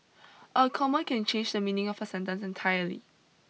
a comma can change the meaning of a sentence entirely